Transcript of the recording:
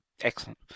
Excellent